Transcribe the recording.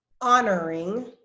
honoring